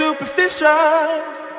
superstitious